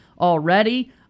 already